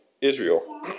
Israel